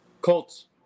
Colts